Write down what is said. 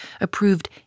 approved